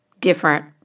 different